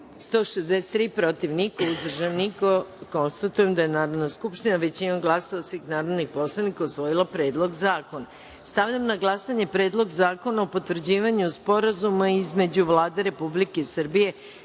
163, protiv – niko, uzdržanih – nema. Konstatujem da je Narodna skupština, većinom glasova svih narodnih poslanika, usvojila Predlog zakona. Stavljam na glasanje Predlog zakona o potvrđivanju Sporazuma između Vlade Republike Srbije